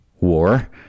war